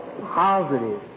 positive